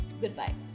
Goodbye